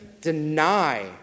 deny